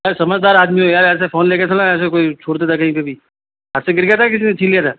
अरे समझदार आदमी हो यार ऐसे फोन लेकर थोड़ी ना ऐसे कोई छोड़ देता है कहीं पर भी हाथ से गिर गया था किसी ने छीन लिया था